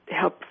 help